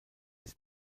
ist